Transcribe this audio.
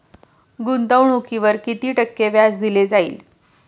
गुंतवणुकीवर किती टक्के व्याज दिले जाईल?